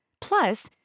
Plus